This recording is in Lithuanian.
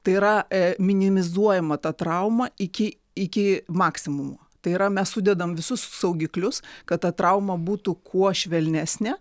tai yra ee minimizuojama ta trauma iki iki maksimumo tai yra mes sudedam visus saugiklius kad ta trauma būtų kuo švelnesnė